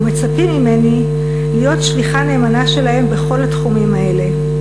ומצפים ממני להיות שליחה נאמנה שלהם בכל התחומים האלה.